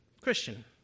Christian